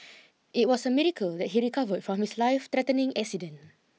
it was a miracle that he recovered from his lifethreatening accident